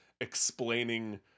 explaining